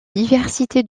diversité